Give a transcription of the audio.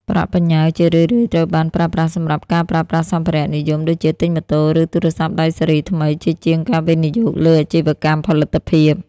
ប្រាក់បញ្ញើជារឿយៗត្រូវបានប្រើប្រាស់សម្រាប់ "ការប្រើប្រាស់សម្ភារៈនិយម" ដូចជាទិញម៉ូតូ ឬ ទូរស័ព្ទដៃស៊េរីថ្មី ជាជាងការវិនិយោគលើអាជីវកម្មផលិតភាព។